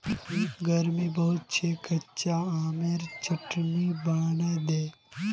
गर्मी बहुत छेक कच्चा आमेर चटनी बनइ दे